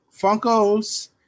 Funko's